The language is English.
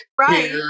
right